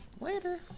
Later